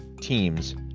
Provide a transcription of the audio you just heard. teams